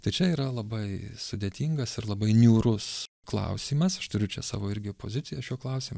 tai čia yra labai sudėtingas ir labai niūrus klausimas aš turiu čia savo irgi poziciją šiuo klausimu